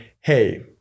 hey